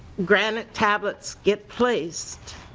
granite tablets get placed